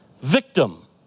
victim